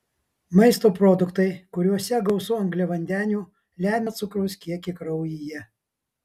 maisto produktai kuriuose gausu angliavandenių lemia cukraus kiekį kraujyje